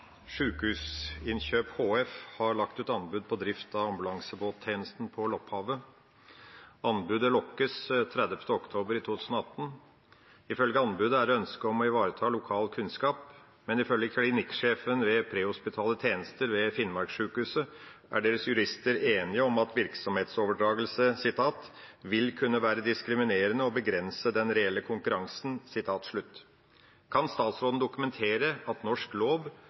HF har lagt ut anbud på drift av ambulansebåttjenesten på Lopphavet. Anbudet lukkes 30. oktober 2018. Ifølge anbudet er det ønske om å ivareta lokal kunnskap. Men ifølge klinikksjefen ved prehospitale tjenester ved Finnmarkssykehuset er deres jurister enige om at virksomhetsoverdragelse vil kunne være diskriminerende og begrense den reelle konkurransen. Kan statsråden dokumentere at norsk lov